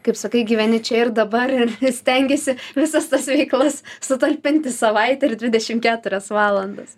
kaip sakai gyveni čia ir dabar ir stengiesi visas tas veiklas sutalpint į savaitę ir dvidešim keturias valandas